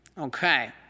Okay